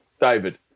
David